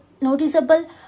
Noticeable